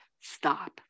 stop